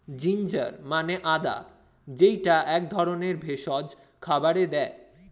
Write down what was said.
ginger মানে আদা যেইটা এক ধরনের ভেষজ খাবারে দেয়